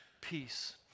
peace